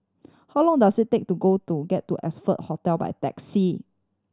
how long does it take to go to get to Oxford Hotel by taxi